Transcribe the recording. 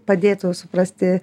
padėtų suprasti